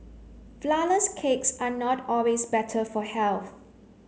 flourless cakes are not always better for health